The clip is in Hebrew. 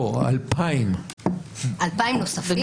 לא, 2,000. 2,000 נוספים?